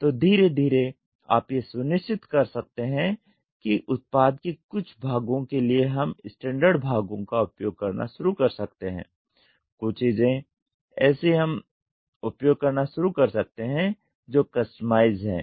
तो धीरे धीरे आप यह सुनिश्चित कर सकते हैं कि उत्पाद के कुछ भागों के लिए हम स्टैण्डर्ड भागों का उपयोग करना शुरू कर सकते हैं कुछ चीजें ऐसी हम उपयोग करना शुरू कर सकते हैं जो कस्टमाइज्ड है